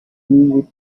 with